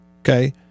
Okay